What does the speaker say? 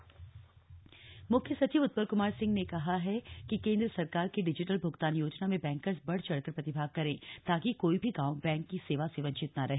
मुख्य सचिव मुख्य सचिव उत्पल कुमार सिंह ने कहा कि केन्द्र सरकार के डिजिटल भुगतान योजना में बैंकर्स बढ़ चढ़कर प्रतिभाग करें ताकि कोई भी गांव बैंक की सेवा से वंचित न रहे